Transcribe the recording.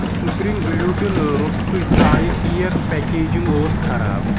spring gluten روستٕے چاے cake packaging ٲس خراب